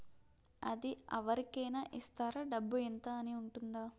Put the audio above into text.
అది అవరి కేనా ఇస్తారా? డబ్బు ఇంత అని ఉంటుందా?